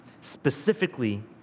specifically